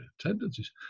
tendencies